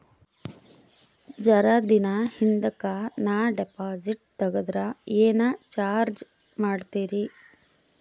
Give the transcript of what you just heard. ಜರ ದಿನ ಹಿಂದಕ ನಾ ಡಿಪಾಜಿಟ್ ತಗದ್ರ ಏನ ಚಾರ್ಜ ಮಾಡ್ತೀರಿ?